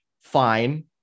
fine